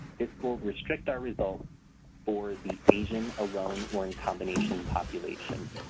this will restrict our results for the asian alone or in combination population.